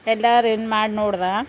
ಎಲ್ಲಾರೇನು ಮಾಡಿ ನೋಡ್ದೆ